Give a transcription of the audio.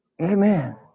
Amen